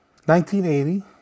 1980